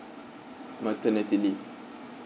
maternity leave